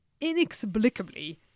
inexplicably